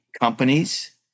companies